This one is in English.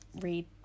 read